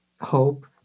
hope